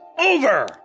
Over